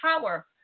power